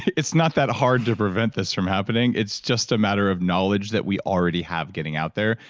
it's not that hard to prevent this from happening it's just a matter of knowledge that we already have getting out there.